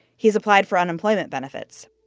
he's applied for unemployment benefits,